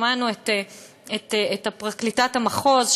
שמענו את פרקליטת המחוז,